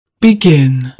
Begin